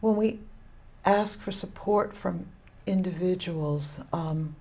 well we ask for support from individuals